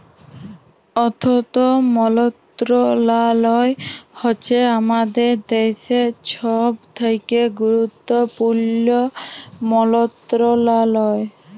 অথ্থ মলত্রলালয় হছে আমাদের দ্যাশের ছব থ্যাকে গুরুত্তপুর্ল মলত্রলালয়